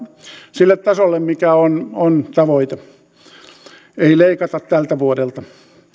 sille tasolle mikä on on tavoite ei leikata tältä vuodelta